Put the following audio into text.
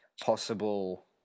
possible